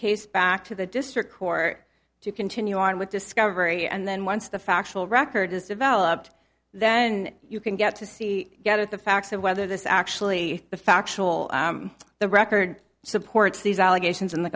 case back to the district court to continue on with discovery and then once the factual record is developed then you can get to see get at the facts of whether this actually the factual the record supports these allegations in the